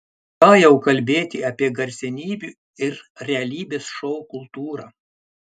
ką jau kalbėti apie garsenybių ir realybės šou kultūrą